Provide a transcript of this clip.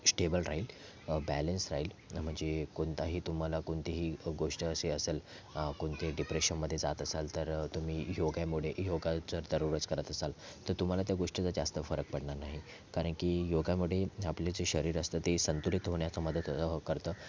stable राहील balance राहील म्हणजे कोणताही तुम्हाला कोणतीही गोष्ट अशी असेल कोणते डिप्रेशनमधे जात असाल तरं तुम्ही योगामुळे योगा जर दररोज करत असाल तर तुम्हाला त्या गोष्टीचा जास्त फरक पडणार नाही कारण की योगामुळे आपले जे शरीर असतं ते संतुलित होण्यात मदत करतं